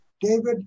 David